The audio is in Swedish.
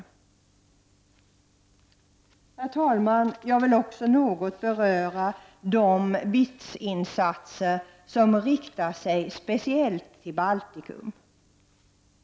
Herr talman! Jag vill också något beröra de BITS-insatser som riktar sig speciellt till Baltikum.